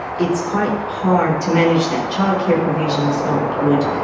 it's quite hard to manage that. childcare provision is not good.